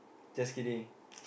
just kidding